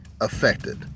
affected